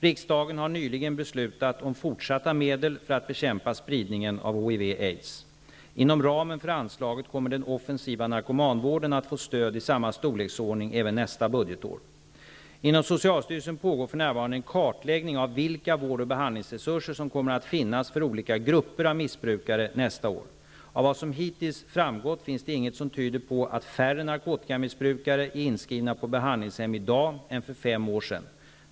Riksdagen har nyligen beslutat om fortsatta medel för att bekämpa spridningen av HIV/aids. Inom ramen för anslaget kommer den offensiva narkomanvården att få stöd i samma storleksordning även nästa budgetår. Inom socialstyrelsen pågår för närvarande en kartläggning av vilka vård ch behandlingsresurser som kommer att finnas för olika grupper av missbrukare nästa år. Av vad som hittills framgått finns det inget som tyder på att färre narkotikamissbrukare är inskrivna på behandlingshem i dag än för fem år sedan.